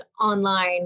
online